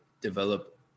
develop